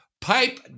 pipe